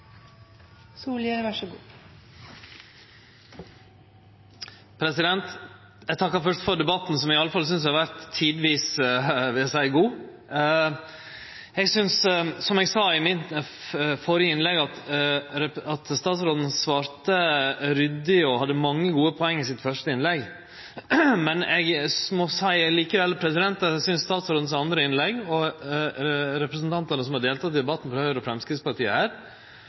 god. Som eg sa i mitt førre innlegg, synest eg at statsråden svarte ryddig og hadde mange gode poeng i sitt første innlegg, men eg må likevel seie at eg synest statsrådens andre innlegg, og innlegga til representantane frå Høgre og Framstegspartiet som har delteke her, har vore skivebom i den måten dei snakkar om problemstillinga på. Eg trur folk som skulle følgje med i denne debatten i Sogn og